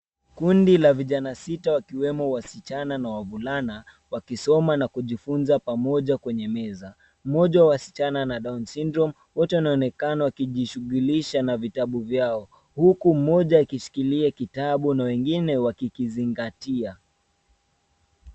Kundi la vijana sita wakiwemo wasichana na wavulana wakisoma na kujifunza pamoja kwenye meza. Mmoja wa wasichana ana down syndrome .Wote wanaonekana wakijishughulisha na vitabu vyao huku mmoja akishikilia kitabu na wengine wakikizingatia.